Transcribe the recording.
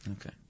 Okay